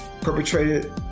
perpetrated